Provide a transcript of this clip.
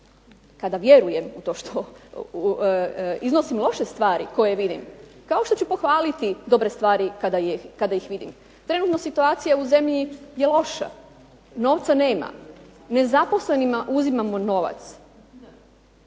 kada vjerujem u to što iznosim loše stvari koje vidim, kao što ću pohvaliti dobre stvari kada ih vidim. Trenutno situacija u zemlji je loša, novca nema. Nezaposlenima uzimamo novac.